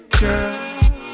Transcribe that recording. girl